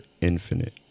infinite